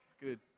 good